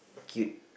cute